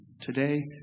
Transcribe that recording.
today